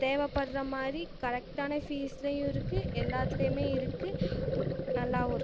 தேவைப்படுகிற மாதிரி கரெக்ட்டான ஃபீஸ்லையருக்கு எல்லாத்துலயுமேருக்கு நல்லாருக்குது